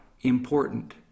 important